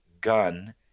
gun